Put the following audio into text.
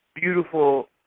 beautiful